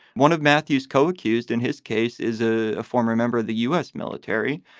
one of matthew's co-accused in his case is a former member of the u s. military.